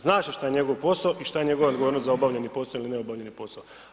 Zna se šta je njegov posao i šta je njegova odgovornost za obavljeni posao ili za neobavljeni posao.